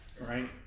Right